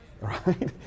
right